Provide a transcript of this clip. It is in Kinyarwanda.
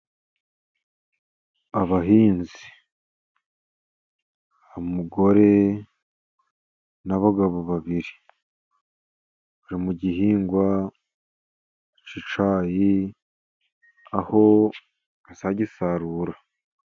Abahinzi, umugore n'abagabo babiri, bari mu gihingwa k'icyayi, aho bazagisarura.